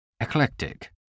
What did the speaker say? eclectic